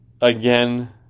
Again